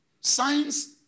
Science